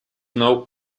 known